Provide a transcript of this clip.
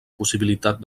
possibilitat